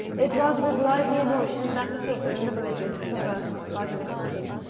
it was with lively emotion that the people in the villages traversed by the little troop,